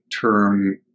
term